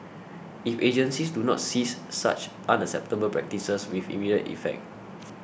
if agencies do not cease such unacceptable practices with immediate effect